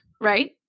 right